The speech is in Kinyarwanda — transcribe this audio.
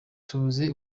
tubuze